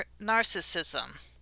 narcissism